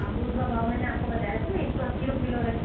अमरूद का भाव मैंने आपको बताया था ना एक सौ अस्सी रुपए किलो है